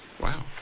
Wow